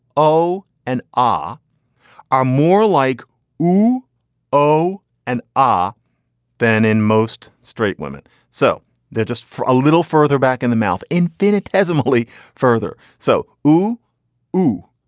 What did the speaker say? o and r are more like you o and r than in most straight women so they're just a little further back in the mouth, infinitesimally further so hoo hoo.